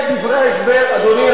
אדוני השר אדלשטיין,